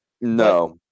No